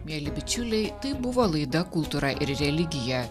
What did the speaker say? mieli bičiuliai tai buvo laida kultūra ir religija